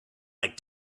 like